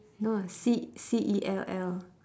no ah C C E L L